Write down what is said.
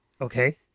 Okay